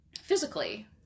physically